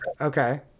Okay